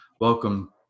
welcome